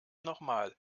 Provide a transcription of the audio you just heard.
nochmal